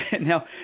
Now